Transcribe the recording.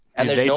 and there's